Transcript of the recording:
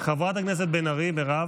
חבר הכנסת בן ארי, חברת הכנסת בן ארי, מירב,